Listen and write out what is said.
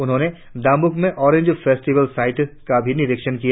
उन्होंने दांब्रक में orange festival site का भी निरिक्षण किया